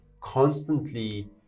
constantly